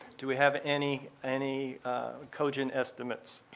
do we have any any cogent estimates?